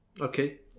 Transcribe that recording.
Okay